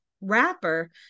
rapper